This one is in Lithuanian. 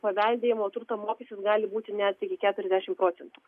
paveldėjimo turto mokestis gali būti net iki keturiasdešimt procentų